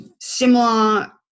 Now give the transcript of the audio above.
similar